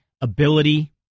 ability